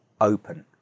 open